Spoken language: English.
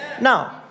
Now